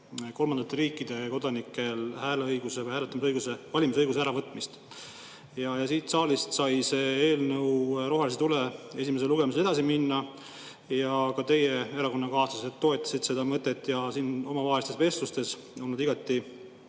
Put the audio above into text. kolmandate riikide kodanike hääleõiguse või hääletamisõiguse või valimisõiguse äravõtmist. Siit saalist sai see eelnõu rohelise tule esimesel lugemisel edasi minna ja ka teie erakonnakaaslased toetasid seda mõtet ja siin omavahelistes vestlustes on nad igati